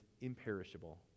imperishable